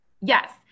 Yes